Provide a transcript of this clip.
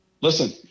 Listen